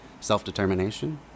self-determination